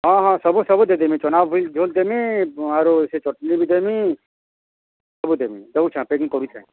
ହଁ ହଁ ସବୁ ସବୁ ଦେଇଦେମି ଚନା ବି ଝୋଲ୍ ବି ଦେମି ଆରୁ ସେ ଚଟ୍ନି ବି ଦେମି ସବୁ ଦେମି ଦେଉଛେଁ ପେକିଙ୍ଗ୍ କରୁଛେଁ